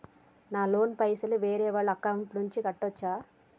నా లోన్ పైసలు వేరే వాళ్ల అకౌంట్ నుండి కట్టచ్చా?